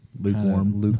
lukewarm